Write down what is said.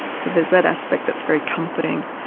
so there's that aspect that's very comforting.